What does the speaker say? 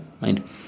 mind